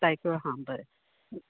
तायकीळो हां बरें